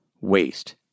waste